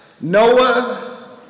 Noah